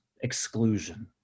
exclusion